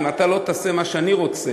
אם אתה לא תעשה מה שאני רוצה,